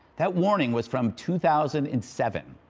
that warning was from two thousand and seven.